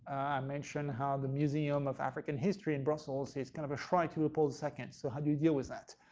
i mentioned how the museum of african history in brussels is kind of a shrine to leopold ii, so how do you deal with that?